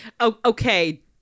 okay